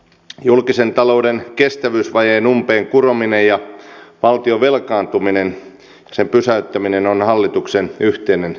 julkisen talouden kestävyysvajeen umpeenkurominen ja valtion velkaantumisen pysäyttäminen on hallituksen yhteinen tavoite